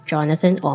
Jonathan